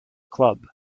club